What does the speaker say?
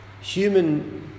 human